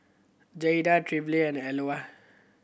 Jayda Trilby and